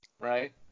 Right